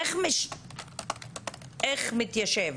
איך מתיישב?